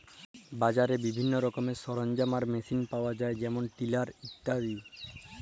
বাজারে বিভিল্ল্য রকমের সরলজাম আর মেসিল পাউয়া যায় যেমল টিলার ইত্যাদি